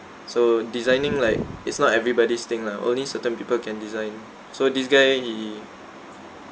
so designing like it's not everybody's thing lah only certain people can design so this guy he